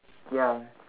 ya